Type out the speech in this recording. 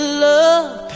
love